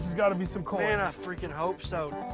gotta be some coins. man, i freakin' hope so.